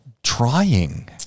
Trying